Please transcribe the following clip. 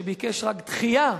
שביקש רק דחייה,